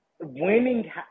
winning